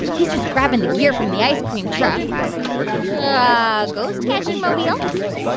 he's just grabbing the gear from the ice-cream truck ah, ghost-catching mobile.